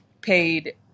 paid